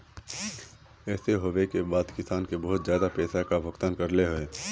ऐसे होबे के बाद किसान के बहुत ज्यादा पैसा का भुगतान करले है?